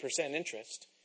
interest